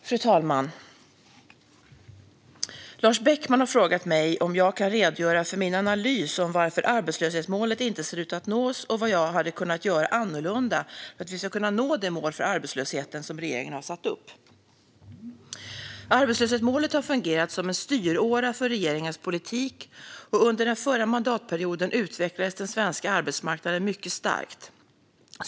Fru talman! Lars Beckman har frågat mig om jag kan redogöra för min analys av varför arbetslöshetsmålet inte ser ut att nås och vad jag hade kunnat göra annorlunda för att vi ska kunna nå det mål för arbetslösheten som regeringen har satt upp. Arbetslöshetsmålet har fungerat som en styråra för regeringens politik, och under den förra mandatperioden utvecklades den svenska arbetsmarknaden mycket starkt.